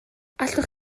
allwch